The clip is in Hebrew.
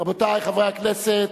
רבותי חברי הכנסת,